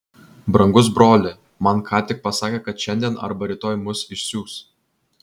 brangus broli man ką tik pasakė kad šiandien arba rytoj mus išsiųs